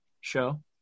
show